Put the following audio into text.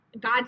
God